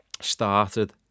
started